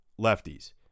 lefties